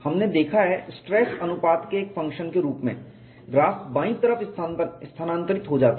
हमने देखा है स्ट्रेस अनुपात के एक फंक्शन के रूप में ग्राफ़ बाईं तरफ स्थानांतरित हो जाता है